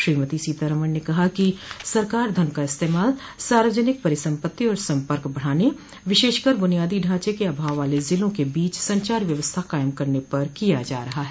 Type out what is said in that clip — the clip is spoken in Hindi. श्रीमती सीतारामन ने कहा कि सरकार धन का इस्तेमाल सार्वजनिक परिसम्पत्ति और सम्पर्क बढ़ाने विशेषकर बुनियादी ढांचे के अभाव वाले जिलों के बीच संचार व्यवस्था कायम करन पर किया जा रहा है